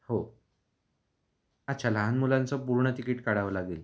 हो अच्छा लहान मुलांचं पूर्ण तिकीट काढावं लागेल